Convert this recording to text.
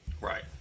Right